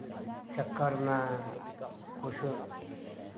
चक्करमे किछु